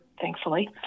thankfully